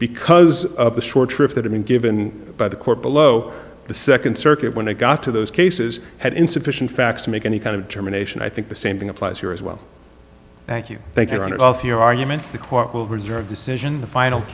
because of the short trips that have been given by the court below the second circuit when it got to those cases had insufficient facts to make any kind of determination i think the same thing applies here as well thank you thank you on and off your arguments the court will reserve decision the final